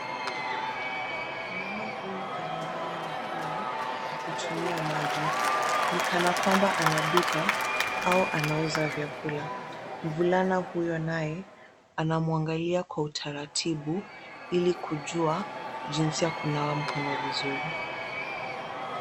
Mama huyu ananawa mikono, kwa kutumia maji ni kana kwamba ana duka au anauza vyakula. Mvulana huyo naye anamwangalia kwa utaratibu ili kujua jinsi ya kunawa mkono vizuri.